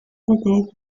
coucou